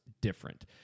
different